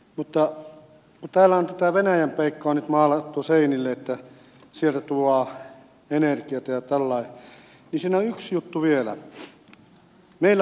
mutta kun täällä on tätä venäjän peikkoa nyt maalattu seinille että sieltä tuodaan energiaa ja tällä lailla niin siinä on yksi juttu vielä